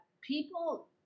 people